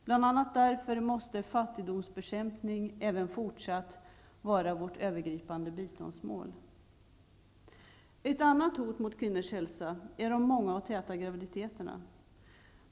Bl.a. därför måste fattigdomsbekämpning även fortsättningsvis vara vårt övergripande biståndsmål. Ett annat hot mot kvinnors hälsa är de många och täta graviditeterna.